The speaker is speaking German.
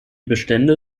bestände